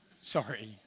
sorry